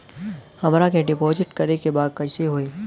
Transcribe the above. हमरा के डिपाजिट करे के बा कईसे होई?